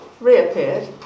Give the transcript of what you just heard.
reappeared